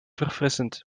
verfrissend